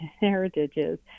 heritages